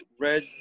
red